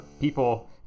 people